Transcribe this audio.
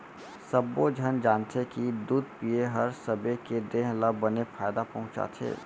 सब्बो झन जानथें कि दूद पिए हर सबे के देह ल बने फायदा पहुँचाथे